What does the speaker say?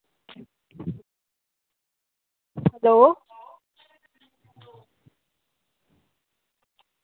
hello